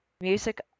music